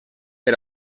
per